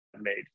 made